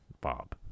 Bob